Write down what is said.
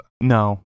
No